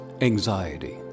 anxiety